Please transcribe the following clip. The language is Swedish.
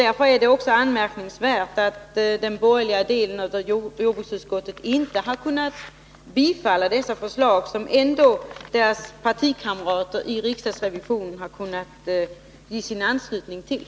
Därför är det också anmärkningsvärt att de borgerliga inom jordbruksutskottet inte har kunnat tillstyrka dessa förslag som deras partikamrater i riksdagsrevisionen har kunnat anmäla sin anslutning till.